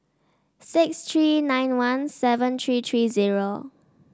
six three nine one seven three three zero